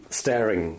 staring